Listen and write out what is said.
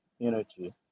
energy